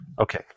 Okay